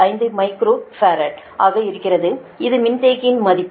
5 microfarad ஆகிறது இது மின்தேக்கியின் மதிப்பு